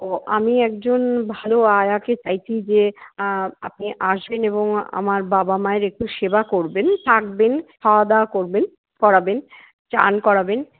ও আমি একজন ভালো আয়াকে চাইছি যে আপনি আসবেন এবং আমার বাবা মায়ের একটু সেবা করবেন থাকবেন খাওয়া দাওয়া করবেন করাবেন স্নান করাবেন